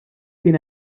kien